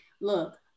Look